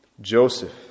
Joseph